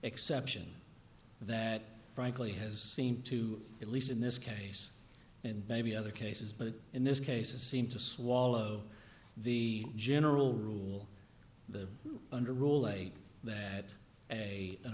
exception that frankly has seemed to at least in this case and maybe other cases but in this case it seemed to swallow the general rule the under rule way that a an